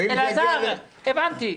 אלעזר, הבנתי.